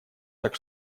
так